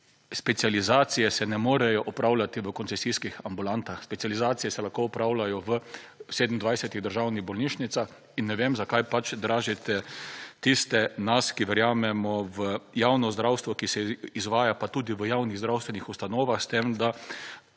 specializacije se ne morejo opravljati v koncesijskih ambulantah, specializacije se lahko opravljajo v 27-ih državnih bolnišnicah. In ne vem, zakaj pač dražite tiste nas, ki verjamemo v javno zdravstvo, ki se izvaja pa tudi v javnih zdravstvenih ustanovah, s tem, da